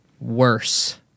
worse